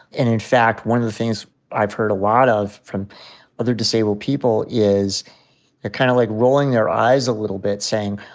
and in fact one of the things i've heard a lot of from other disabled people is they're kind of like rolling their eyes a little bit saying,